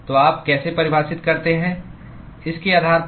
तो आप कैसे परिभाषित करते हैं इसके आधार पर